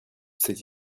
cette